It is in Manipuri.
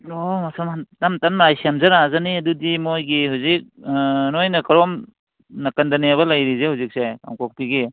ꯑꯣ ꯁꯨꯝ ꯇꯞꯅ ꯇꯞꯅ ꯃꯥꯏ ꯁꯦꯝꯖꯔꯖꯅꯤ ꯑꯗꯨꯗꯤ ꯃꯈꯣꯏꯒꯤ ꯍꯧꯖꯤꯛ ꯑꯥ ꯃꯈꯣꯏꯅ ꯀꯔꯣꯝ ꯅꯥꯀꯟꯗꯅꯦꯕ ꯂꯩꯔꯤꯁꯦ ꯍꯧꯖꯤꯛꯁꯦ ꯀꯥꯡꯄꯣꯛꯄꯤꯒꯤ